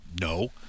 no